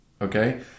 okay